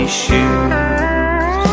shoes